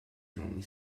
normally